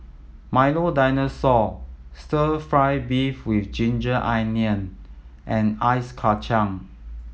Milo Dinosaur Stir Fry beef with ginger onion and ice kacang